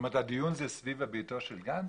ההפגנות מול ביתו של גנץ?